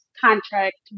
contract